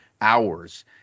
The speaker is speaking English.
hours